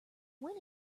when